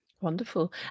Wonderful